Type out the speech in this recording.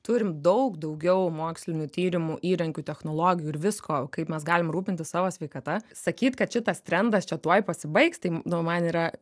turim daug daugiau mokslinių tyrimų įrankių technologijų ir visko kaip mes galim rūpintis savo sveikata sakyt kad šitas trendas čia tuoj pasibaigs tai nu man yra